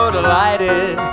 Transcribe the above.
delighted